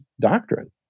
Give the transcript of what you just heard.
doctrine